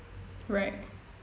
right